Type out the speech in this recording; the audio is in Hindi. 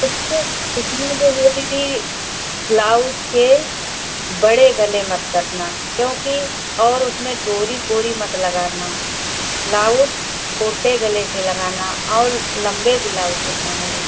उस उसमें जो वह दीदी ब्लाउज के बड़े गले मत करना क्योंकि और उसमें डोरी कोरी मत लगाना ब्लाउज छोटे गले के लगाना और लंबे ब्लाउज सिलना मेरे लिए